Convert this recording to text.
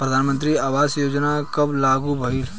प्रधानमंत्री आवास योजना कब लागू भइल?